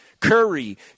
Curry